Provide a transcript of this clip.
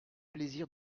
plaisir